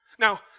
Now